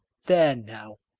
there now,